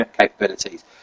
capabilities